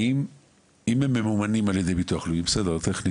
לא קיבלתי